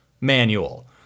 manual